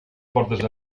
portes